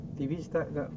T_V start